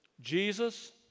Jesus